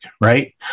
right